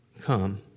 Come